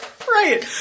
right